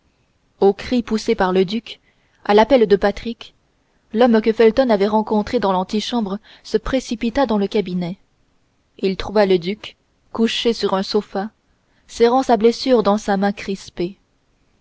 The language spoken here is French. au cri poussé par le duc à l'appel de patrick l'homme que felton avait rencontré dans l'antichambre se précipita dans le cabinet il trouva le duc couché sur un sofa serrant sa blessure dans sa main crispée